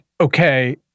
okay